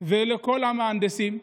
ולכל המהנדסים,